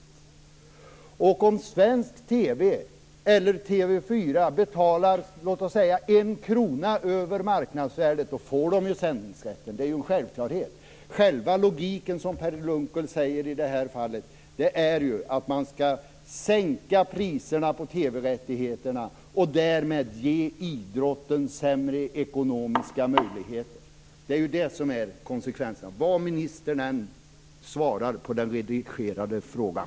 Låt säga att svensk TV eller TV 4 betalar en krona över marknadsvärdet, så får de sändningsrätten. Det är ju en självklarhet. Som Per Unckel säger i det här fallet är själva logiken att man skall sänka priserna på TV rättigheterna och därmed ge idrotten sämre ekonomiska möjligheter. Det är detta som blir konsekvensen, vad ministern än svarar på den redigerade frågan.